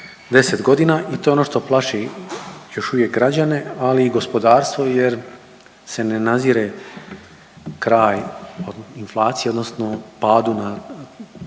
10.g. i to je ono što plaši još uvijek građane, ali i gospodarstvo jer se ne nazire kraj inflaciji odnosno padu na